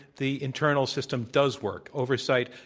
the internal system does work. oversight,